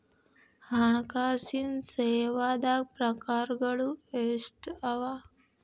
ಹಣ್ಕಾಸಿನ್ ಸೇವಾದಾಗ್ ಪ್ರಕಾರ್ಗಳು ಎಷ್ಟ್ ಅವ?